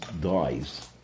dies